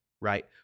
right